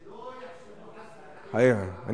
שלא יחשבו, חס וחלילה, שהוא ערבי.